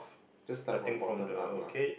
just start from bottom up lah